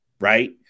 Right